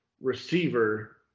receiver